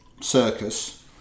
Circus